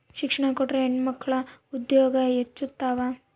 ಶಿಕ್ಷಣ ಕೊಟ್ರ ಹೆಣ್ಮಕ್ಳು ಉದ್ಯೋಗ ಹೆಚ್ಚುತಾವ